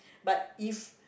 but if